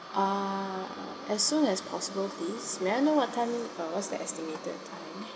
uh as soon as possible please may I know what time uh what's the estimated time